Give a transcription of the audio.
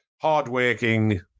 hardworking